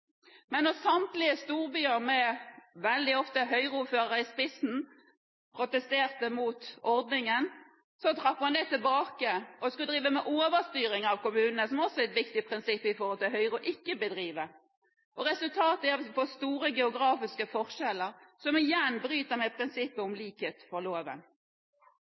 men da samtlige storbyer med – veldig ofte – Høyre-ordførere i spissen protesterte mot ordningen, trakk man det tilbake og skulle drive med overstyring av kommunene, som også er et viktig prinsipp for Høyre ikke å bedrive. Resultatet er at en får store geografiske forskjeller, som igjen bryter med prinsippet om likhet for loven.